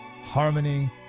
harmony